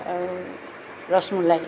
আৰু ৰছমলাই